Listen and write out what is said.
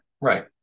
right